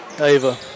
Ava